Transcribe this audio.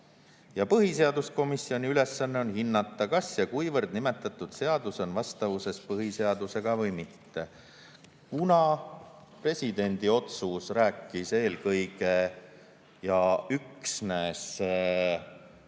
ja põhiseaduskomisjoni ülesanne on hinnata, kas ja kuivõrd nimetatud seadus on vastavuses põhiseadusega. Kuna presidendi otsus rääkis eelkõige ja üksnes